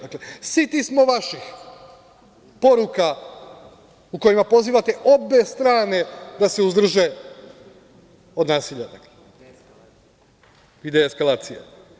Dakle, siti smo vaših poruka u kojima pozivate obe strane da se uzdrže od nasilja.